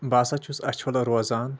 بہٕ ہسا چھُس اچھولہٕ روزان